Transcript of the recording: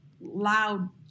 loud